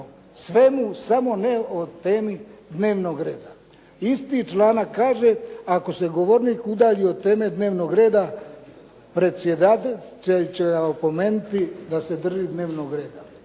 svemu, samo ne o temi dnevnog reda. Isti članak kaže, ako se govornik udalji od teme dnevnog reda, predsjedavajući će opomenuti da se drži dnevnog reda.